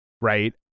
Right